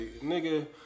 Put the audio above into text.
nigga